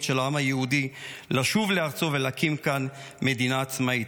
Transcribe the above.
של העם היהודי לשוב לארצו ולהקים כאן מדינה עצמאית.